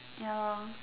ya lor